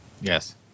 Yes